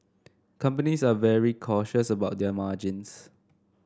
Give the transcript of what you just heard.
companies are very cautious about their margins